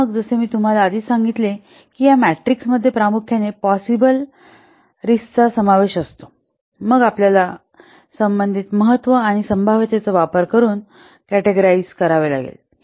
तर मग जसे मी तुम्हाला आधीच सांगितले आहे की या मॅट्रिक्समध्ये प्रामुख्याने पॉसिबल प्रकारच्या रिस्कचा समावेश असतो मग आपल्याला संबंधित महत्त्व आणि संभाव्यतेचा वापर करून वर्गीकरण करावे लागेल